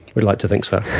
we like to think so.